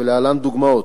ולהלן דוגמאות: